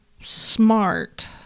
smart